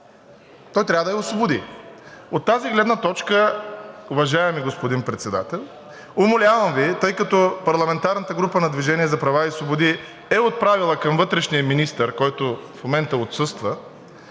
трябва да я освободи. От тази гледна точка, уважаеми господин Председател, умолявам Ви, тъй като парламентарната група на „Движение за права и свободи“ е отправила към вътрешния министър, който в момента отсъства,